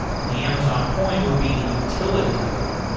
and the amazon coin would be the utility token.